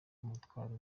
umutwaro